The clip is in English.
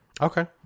Okay